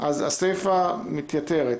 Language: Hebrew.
אז הסיפה מתייתרת.